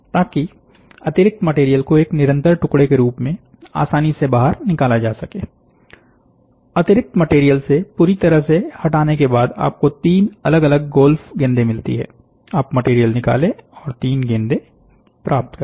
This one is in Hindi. ताकि अतिरिक्त मटेरियल को एक निरंतर टुकड़े के रूप में आसानी से बाहर निकाला जा सके अतिरिक्त मटेरियल से पूरी तरह से हटाने के बाद आपको तीन अलग अलग गोल्फ गेंदे मिलती हैं आप मटेरियल निकाले और 3 गेंदें प्राप्त करें